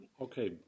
Okay